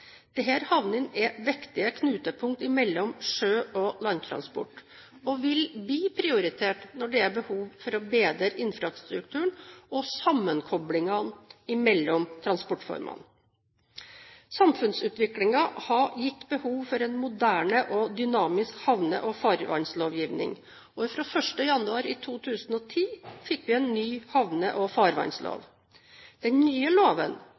er viktige knutepunkter mellom sjø- og landtransport og vil bli prioritert når det er behov for å bedre infrastrukturen og sammenkoblingen mellom transportformene. Samfunnsutviklingen har gitt behov for en moderne og dynamisk havne- og farvannslovgivning, og fra 1. januar 2010 fikk vi en ny havne- og farvannslov. Den nye loven,